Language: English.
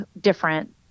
different